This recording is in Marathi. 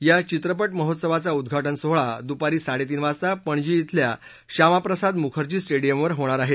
या चित्रपट महोत्सवाचा उद्वाटन सोहळा दुपारी साडेतीन वाजता पणजी िवल्या श्यामा प्रसाद मुखर्जी स्टेडियमवर होणार आहे